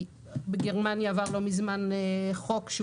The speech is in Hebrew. בגרמניה עבר לא מזמן חוק,